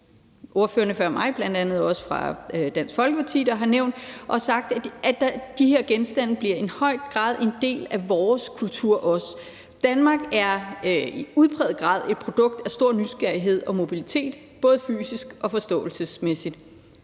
ordførerne før mig, bl.a. ordføreren fra Dansk Folkeparti, der har nævnt, altså at de her genstande i høj grad bliver en del af vores kultur også. Danmark er i udpræget grad et produkt af stor nysgerrighed og mobilitet, både fysisk og forståelsesmæssigt.